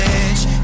edge